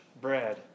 bread